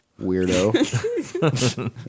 weirdo